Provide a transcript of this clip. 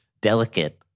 delicate